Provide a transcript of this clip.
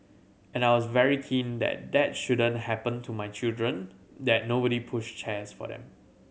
and I was very keen that that shouldn't happen to my children that nobody pushed chairs for them